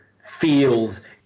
feels